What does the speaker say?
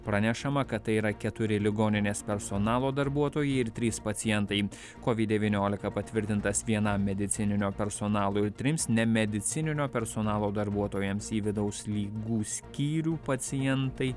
pranešama kad tai yra keturi ligoninės personalo darbuotojai ir trys pacientai covid devyniolika patvirtintas vienam medicininio personalo ir trims nemedicininio personalo darbuotojams į vidaus ligų skyrių pacientai